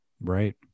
Right